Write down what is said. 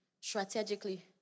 Strategically